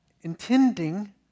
intending